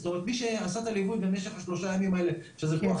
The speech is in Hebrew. זאת אומרת מי שעשה את הליווי במשך השלושה ימים האלה שזה כוח